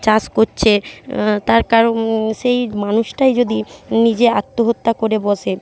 চাষ করছে তার সেই মানুষটাই যদি নিজে আত্মহত্যা করে বসে